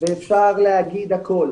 ואפשר להגיד הכל,